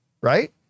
right